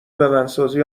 بدنسازی